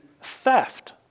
theft